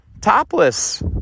topless